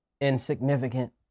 Insignificant